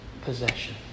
Possession